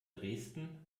dresden